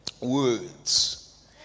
words